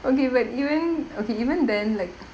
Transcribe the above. okay but even okay even then like